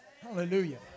Hallelujah